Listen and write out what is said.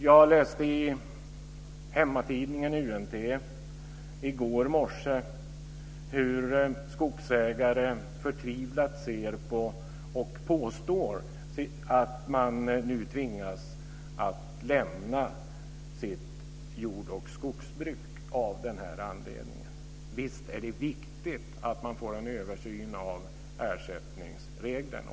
Jag läste i hemmatidningen, UNT, i går morse om hur skogsägare förtvivlat påstår att de nu tvingas lämna sina jord och skogsbruk av den här anledningen. Visst är det viktigt att man får en översyn av ersättningsreglerna.